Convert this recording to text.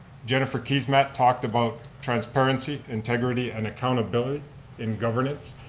jennifer keesmaat talked about transparency, integrity, and accountability in governance,